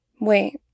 Wait